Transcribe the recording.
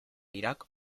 irak